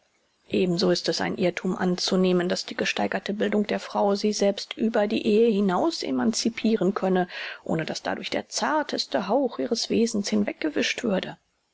ebenso ist es ein irrthum anzunehmen daß die gesteigerte bildung der frau sie selbst über die ehe hinaus emancipiren könne ohne daß dadurch der zarteste hauch ihres wesens hinweggewischt würde